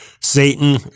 Satan